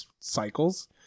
cycles